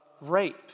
rape